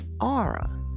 aura